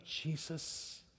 Jesus